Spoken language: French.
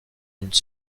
une